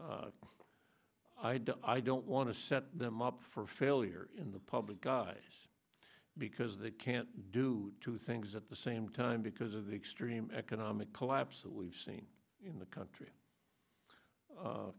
stabilizes i don't want to set them up for failure in the public guys because they can't do two things at the same time because of the extreme economic collapse that we've seen in the country